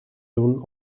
doen